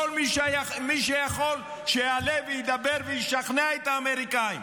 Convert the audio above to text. כל מי שיכול, שיעלה וידבר וישכנע את האמריקאים.